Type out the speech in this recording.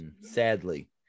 Sadly